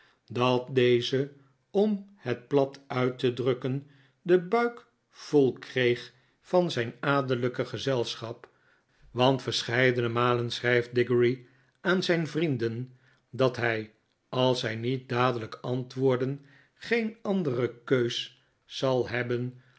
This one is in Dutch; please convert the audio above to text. dat deze om het plat uit te drukken den buik vol kreeg van zijn adellijke gezelschap want verscheidene malen schrijft diggory aan zijn vrienden dat hij als zij niet dadelijk antwoorden geen andere keus zal hebben